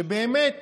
שבאמת